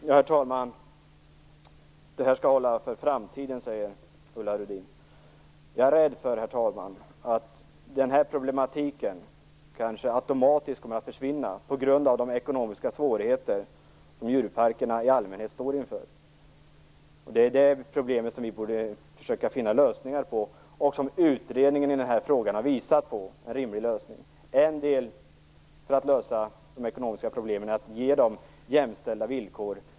Herr talman! Betänkandet skall hålla även i framtiden, säger Ulla Rudin. Jag är rädd för att den här problematiken automatiskt kommer att försvinna på grund av de ekonomiska svårigheter som djurparkerna i allmänhet står inför. Det är detta problem som vi borde försöka att finna en rimlig lösning på, vilket utredningen i den här frågan har gjort. En möjlighet är att ge dem med liknande verksamheter jämställda villkor.